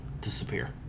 disappear